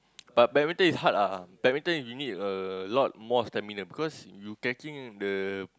but badminton is hard ah badminton you need a lot more stamina because you catching the